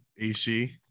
AC